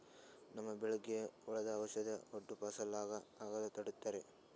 ನಮ್ಮ್ ಬೆಳಿಗ್ ಹುಳುದ್ ಔಷಧ್ ಹೊಡ್ದು ಫಸಲ್ ಹಾಳ್ ಆಗಾದ್ ತಡಿತಾರ್